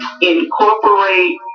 incorporate